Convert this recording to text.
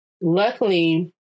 luckily